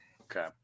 Okay